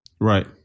Right